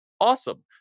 awesome